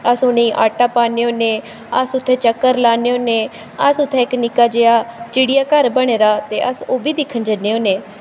अस उ'नेंगी आटा पान्ने होन्ने अस उत्थें चक्कर लान्ने होन्ने अस उत्थें इक निक्का जेहा चिड़िया घर बने दा ते अस ओह् बी दिक्खन जन्ने होन्ने